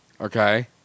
Okay